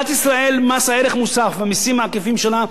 במס ערך מוסף, במסים העקיפים שלה,